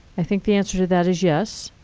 i think the answer to that is yes.